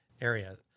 area